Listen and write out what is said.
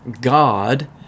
God